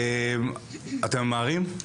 תודה רבה.